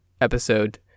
episode